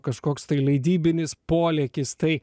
kažkoks tai leidybinis polėkis tai